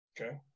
Okay